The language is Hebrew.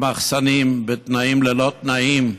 במחסנים, בתנאים ללא תנאים,